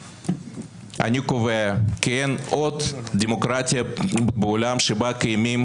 אני קובע כי אין עוד דמוקרטיה בעולם שבה קיימים